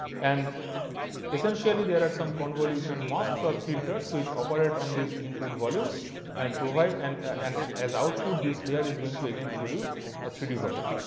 and essentially, there are some convolution masks or filters which operate on these input volumes and provide and an as output this layer is going to again produce a three d volume.